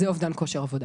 זה אובדן כושר עבודה.